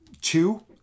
two